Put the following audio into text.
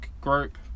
group